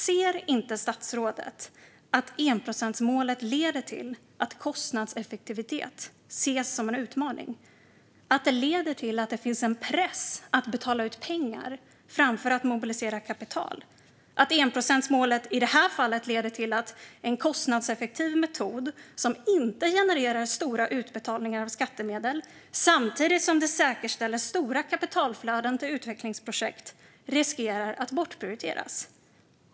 Ser inte statsrådet att enprocentsmålet leder till att kostnadseffektivitet ses som en utmaning och att det leder till att det finns en press att betala ut pengar framför att mobilisera kapital? Ser inte statsrådet att enprocentsmålet i detta fall leder till att en kostnadseffektiv metod som inte genererar stora utbetalningar av skattemedel samtidigt som den säkerställer stora kapitalflöden till utvecklingsprojekt riskerar att bortprioriteras?